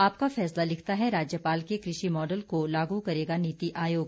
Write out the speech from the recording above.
आपका फैसला लिखता है राज्यपाल के कृषि मॉडल को लागू करेगा नीति आयोग